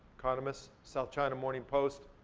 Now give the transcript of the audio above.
kind of so south china morning post,